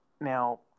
Now